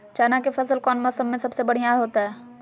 चना के फसल कौन मौसम में सबसे बढ़िया होतय?